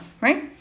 right